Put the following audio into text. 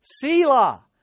Selah